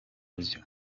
byo